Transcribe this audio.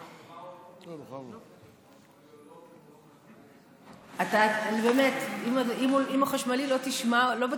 את אומרת שכשבא האוטובוס אני אשאל אותו אם הוא חשמלי או לא,